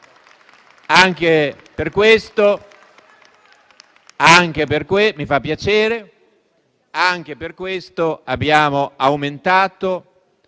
Anche per questo abbiamo aumentato